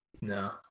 No